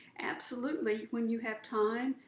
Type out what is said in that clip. absolutely, when you have time,